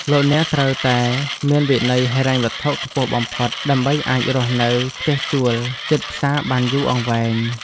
លោកអ្នកត្រូវតែមានវិន័យហិរញ្ញវត្ថុខ្ពស់បំផុត ដើម្បីអាចរស់នៅផ្ទះជួលជិតផ្សារបានយូរអង្វែង។